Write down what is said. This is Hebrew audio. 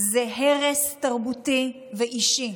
זה הרס תרבותי ואישי.